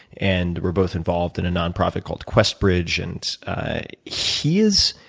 and we're both involved in a nonprofit called quest bridge. and he is